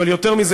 אבל יותר מזה,